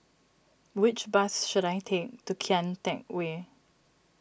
which bus should I take to Kian Teck Way